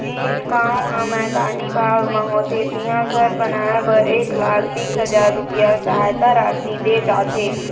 जेन गाँव ह मैदानी भाग म होथे तिहां घर बनाए बर एक लाख बीस हजार रूपिया सहायता राशि दे जाथे